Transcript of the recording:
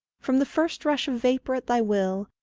from the first rush of vapour at thy will,